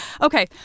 Okay